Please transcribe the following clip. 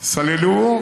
סללו,